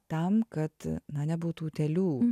tam kad na nebūtų utėlių